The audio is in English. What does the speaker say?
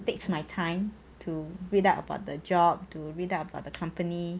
takes my time to read up about the job to read up about the company